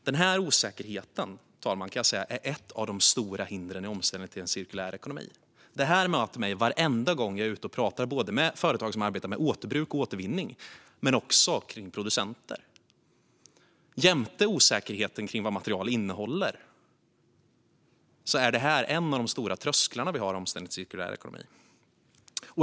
Den här osäkerheten är ett av de stora hindren i omställningen till en cirkulär ekonomi. Det här möter mig varenda gång jag är ute och pratar med företag som arbetar med återbruk och återvinning men också med producenter. Jämte osäkerheten om vad material innehåller är det här en av de höga trösklarna i omställningen till cirkulär ekonomi.